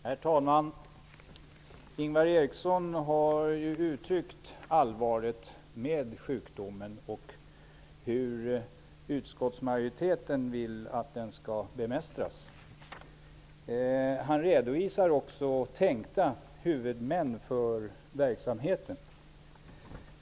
Herr talman! Ingvar Eriksson har uttryckt allvaret med sjukdomen och talat om hur utskottsmajoriteten vill att den skall bemästras. Han redovisar också tänkta huvudmän för verksamheten.